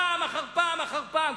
פעם אחר פעם אחר פעם,